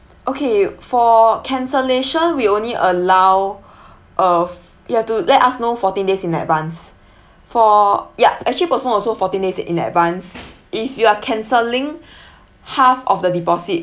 okay for cancellation we only allow of you have to let us know fourteen days in advance for yup actually postpone also fourteen days in advance if you are cancelling half of the deposit